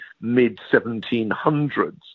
mid-1700s